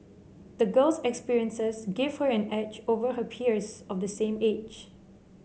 the girl's experiences gave her an edge over her peers of the same age